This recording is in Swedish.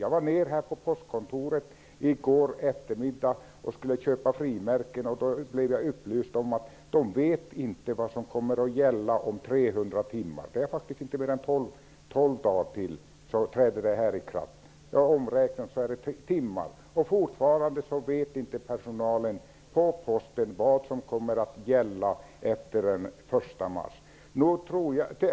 Jag var nere på postkontoret i går eftermiddag för att köpa frimärken. Jag blev upplyst om att personalen inte vet vad som kommer att gälla om 300 timmar. Det är faktiskt inte mer än tolv dagar tills de nya bestämmelserna träder i kraft -- omräknat i timmar är det 300. Fortfarande vet inte personalen på Posten vad som kommer att gälla efter den 1 mars.